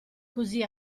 così